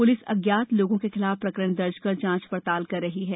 police अज्ञात लोगों के खिलाफ प्रकरण कर जांच पड़ताल कर रही है